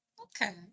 Okay